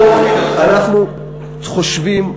אנחנו חושבים,